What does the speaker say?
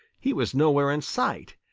he was nowhere in sight,